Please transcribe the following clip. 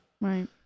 Right